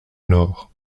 nord